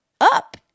up